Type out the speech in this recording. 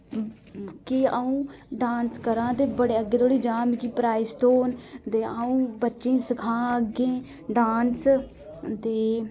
कि अ'ऊं डांस करां ते बड़े अग्गें धोड़ी जां मिकी प्राइस थ्होन ते अ'ऊं बच्चें ई सखां अग्गें डांस ते